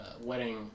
wedding